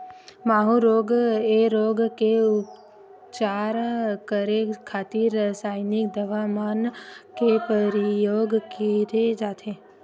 माहूँ रोग ऐ रोग के उपचार करे खातिर रसाइनिक दवा मन के परियोग करे जाथे